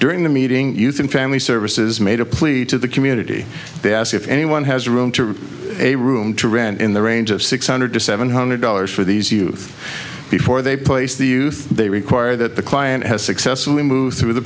during the meeting youth and family services made a plea to the community they ask if anyone has room to a room to rent in the range of six hundred to seven hundred dollars for these youth before they place the youth they require that the client has successfully moved through the